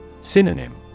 Synonym